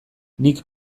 nik